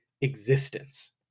existence